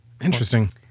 Interesting